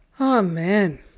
Amen